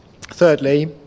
thirdly